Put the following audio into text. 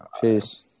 Peace